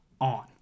on